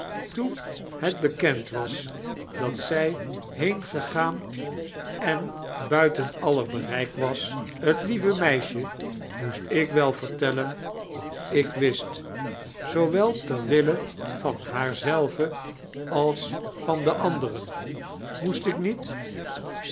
toem het bekemd was dat zij heengegaan en buitem alletr beredk was t lieve medsje moest ik wel iveirtellen wat ik wist aoowed tex wdue van haar zelve als van d andenem moest ik niet